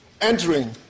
entering